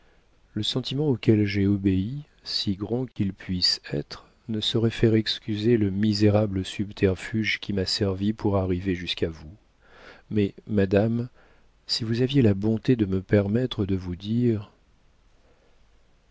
le sentiment auquel j'ai obéi si grand qu'il puisse être ne saurait faire excuser le misérable subterfuge qui m'a servi pour arriver jusqu'à vous mais madame si vous aviez la bonté de me permettre de vous dire